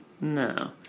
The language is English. No